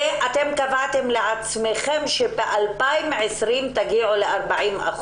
ואתם קבעתם לעצמכם שב-2020 תגיעו ל-40%.